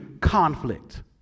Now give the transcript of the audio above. conflict